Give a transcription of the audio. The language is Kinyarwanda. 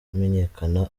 ntiharamenyekana